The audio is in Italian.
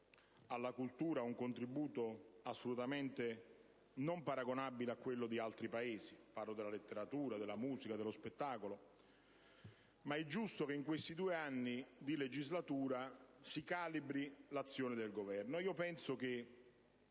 alla cultura un contributo assolutamente non paragonabile a quello di altri Paesi: parlo della letteratura, della musica, dello spettacolo. Tuttavia, è giusto che in questi due anni di legislatura si calibri l'azione del Governo, e penso che,